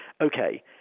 okay